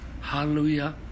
Hallelujah